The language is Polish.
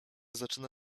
zaczyna